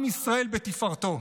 עם ישראל בתפארתו,